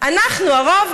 אנחנו הרוב,